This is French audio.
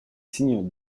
signes